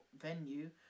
venue